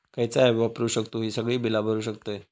खयचा ऍप वापरू शकतू ही सगळी बीला भरु शकतय?